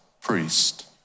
priest